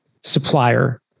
supplier